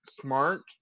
smart